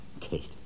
Kate